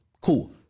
Cool